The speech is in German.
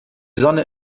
sonne